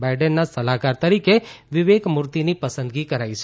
બાઇડેનના સલાહકાર તરીકે વિવેક મૂર્તિની પસંદગી કરાઇ છે